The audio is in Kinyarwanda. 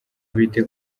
bite